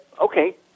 okay